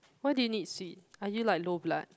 why do you need sweet are you like low blood